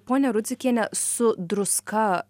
ponia rudzikiene su druska